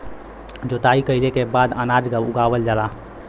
जोताई कइले के बाद अनाज उगावल जाला